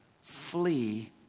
flee